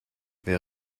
wer